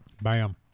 Bam